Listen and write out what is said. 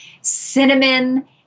cinnamon